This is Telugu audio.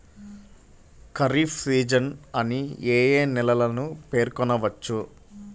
ఖరీఫ్ సీజన్ అని ఏ ఏ నెలలను పేర్కొనవచ్చు?